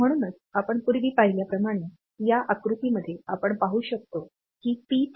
म्हणूनच आपण पूर्वी पाहिल्याप्रमाणे या आकृतीमध्ये आपण पाहू शकतो की पी 3